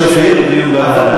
השר מבקש לקיים דיון בוועדה.